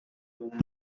woman